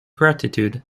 gratitude